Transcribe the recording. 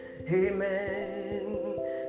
amen